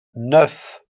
neuf